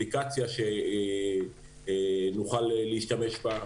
אפליקציה שנוכל להשתמש בה,